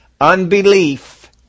Unbelief